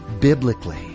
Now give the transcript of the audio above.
biblically